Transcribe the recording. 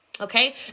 Okay